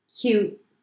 cute